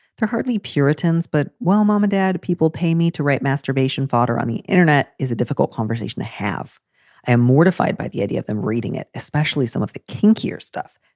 they're hardly puritan's, but while mom and dad people pay me to write masterbation, fodder on the internet is a difficult conversation to have and mortified by the idea of them reading it, especially some of the kinkier stuff.